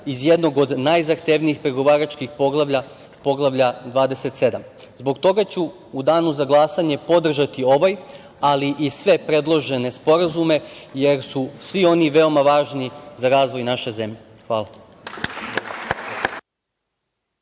iz jednog od najzahtevnijih pregovaračkih poglavlja, Poglavlja – 27.Zbog toga ću u danu za glasanje podržati ovaj, ali i sve predložene sporazume, jer su svi oni veoma važni za razvoj naše zemlje. Hvala.